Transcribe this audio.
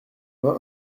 main